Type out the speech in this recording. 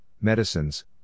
medicines